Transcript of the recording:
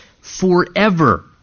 forever